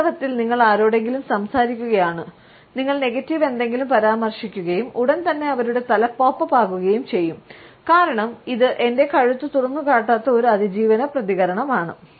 വാസ്തവത്തിൽ നിങ്ങൾ ആരോടെങ്കിലും സംസാരിക്കുകയാണ് നിങ്ങൾ നെഗറ്റീവ് എന്തെങ്കിലും പരാമർശിക്കുകയും ഉടൻ തന്നെ അവരുടെ തല പോപ്പ് അപ്പ് ആകുകയും ചെയ്യും കാരണം ഇത് എന്റെ കഴുത്ത് തുറന്നുകാട്ടാത്ത ഒരു അതിജീവന പ്രതികരണമാണ്